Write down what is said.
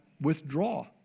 withdraw